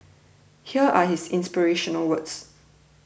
here are his inspirational words